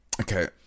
Okay